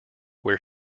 where